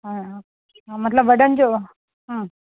हा मतिलबु वॾनि जो हा